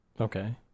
Okay